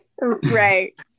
Right